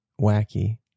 wacky